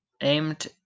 aimed